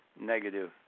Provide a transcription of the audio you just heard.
negative